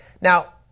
Now